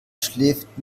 schläft